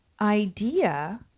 idea